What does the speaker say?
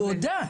הוא הודה,